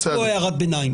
זאת לא הערת ביניים.